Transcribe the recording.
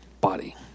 body